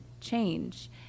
change